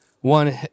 one